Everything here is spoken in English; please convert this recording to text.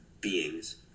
beings